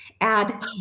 add